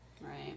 Right